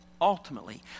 Ultimately